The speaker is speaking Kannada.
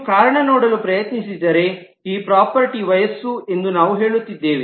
ನೀವು ಕಾರಣ ನೋಡಲು ಪ್ರಯತ್ನಿಸಿದರೆ ಈ ಪ್ರಾಪರ್ಟೀ ವಯಸ್ಸು ಎಂದು ನಾವು ಹೇಳುತ್ತಿದ್ದೇವೆ